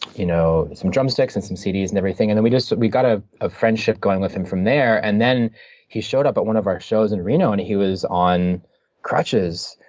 you know drum sticks and some cds and everything. and then we just, we got a ah friendship going with him from there, and then he showed up at one of our shows in reno and he was on crutches.